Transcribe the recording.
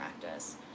practice